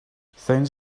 thousands